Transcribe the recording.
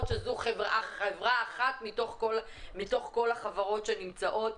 שזו חברה אחת מתוך כל החברות שנמצאות.